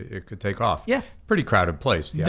it could take off. yeah pretty crowded place, yeah